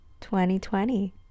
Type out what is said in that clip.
2020